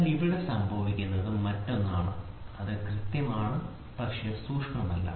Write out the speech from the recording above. എന്നാൽ ഇവിടെ സംഭവിക്കുന്നത് മറ്റൊന്ന് അത് കൃത്യമാണ് പക്ഷേ സൂക്ഷ്മമല്ല